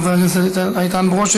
חבר הכנסת איתן ברושי,